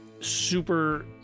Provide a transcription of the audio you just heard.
Super